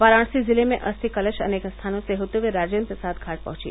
वाराणसी जिले में अस्थि कलश अनेक स्थानों से होते हुए राजेन्द्र प्रसाद घाट पर पहुंची